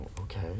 okay